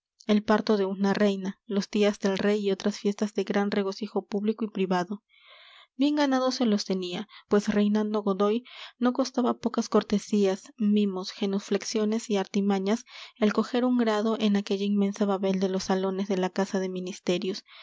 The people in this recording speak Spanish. el parto de una reina los días del rey y otras fiestas de gran regocijo público y privado bien ganados se los tenía pues reinando godoy no costaba pocas cortesías mimos genuflexiones y artimañas el coger un grado en aquella inmensa babel de los salones de la casa de ministerios